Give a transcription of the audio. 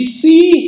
see